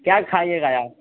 क्या खाइएगा आप